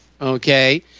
okay